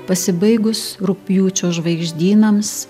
pasibaigus rugpjūčio žvaigždynams